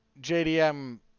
JDM